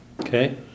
Okay